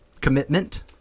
commitment